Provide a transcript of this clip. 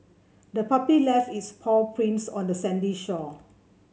the puppy left its paw prints on the sandy shore